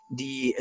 die